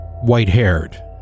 White-haired